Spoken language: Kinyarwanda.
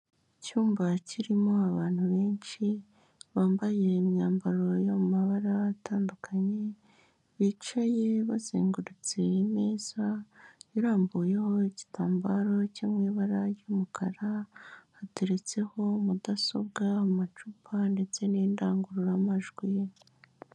Icyumba kirimo abantu benshi bambaye imyambaro y'amabara atandukanye, bicaye bazengurutse iyi meza irambuyeho igitambaro cyo mu ibara ry'umukara hateretseho mudasobwa, amacupa ndetse n'indangururamajwi ye.